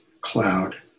cloud